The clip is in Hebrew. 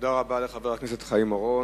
תודה רבה לחבר הכנסת חיים אורון.